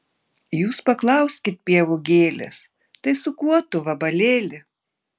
jūs paklauskit pievų gėlės tai su kuo tu vabalėli